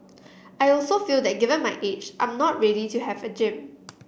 I'll also feel that given my age I'm not ready to have a gym